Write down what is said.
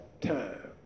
time